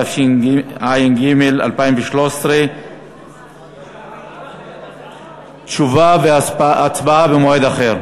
התשע"ג 2013. תשובה והצבעה במועד אחר.